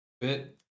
bit